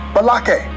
Balake